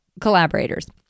collaborators